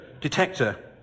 detector